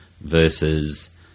versus